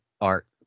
art